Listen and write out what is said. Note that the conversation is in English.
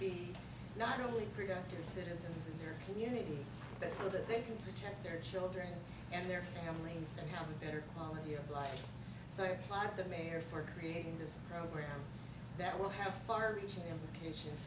be not only korea to the citizens and their community but so that they can protect their children and their families and have a better quality of life so what the mayor for creating this program that will have far reaching implications